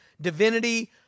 divinity